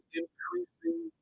increasing